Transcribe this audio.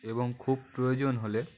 এবং খুব প্রয়োজন হলে